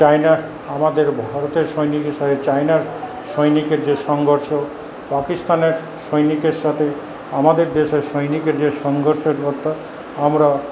চায়নার আমাদের ভারতের সৈনিকের সথে চায়নার সৈনিকের যে সংঘর্ষ পাকিস্তানের সৈনিকের সাথে আমাদের দেশের সৈনিকের যে সংঘর্ষের কথা আমরা